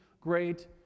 great